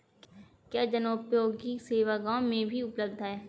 क्या जनोपयोगी सेवा गाँव में भी उपलब्ध है?